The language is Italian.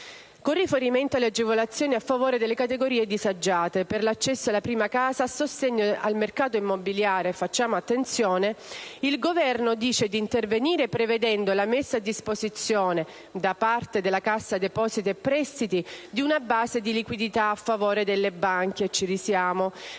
Con riferimento alle agevolazioni a favore delle categorie disagiate, per l'accesso alla prima casa e il sostegno al mercato immobiliare, facciamo attenzione, il Governo dice di intervenire prevedendo la messa a disposizione da parte della Cassa depositi e prestiti di una base di liquidità a favore delle banche - ci risiamo